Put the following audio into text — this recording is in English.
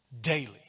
daily